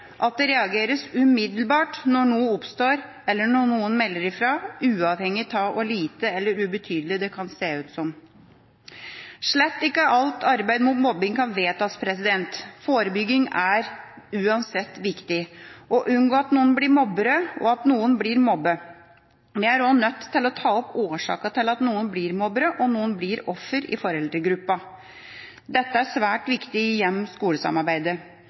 umiddelbart når noe oppstår, eller når noen melder fra, uavhengig av hvor lite eller ubetydelig det kan se ut Slett ikke alt arbeid mot mobbing kan vedtas. Forebygging er uansett viktig – å unngå at noen blir mobbere, og at noen blir mobbet. Vi er også nødt til å ta opp i foreldregruppa årsaker til at noen blir mobbere og noen blir offer. Dette er svært viktig i